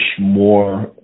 more